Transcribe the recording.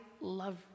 love